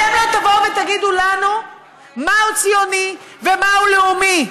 אתם לא תבואו ותגידו לנו מהו ציוני ומהו לאומי.